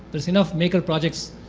there's enough maker projects